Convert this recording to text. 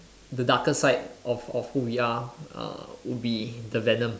the darker side of of who we are uh would be the venom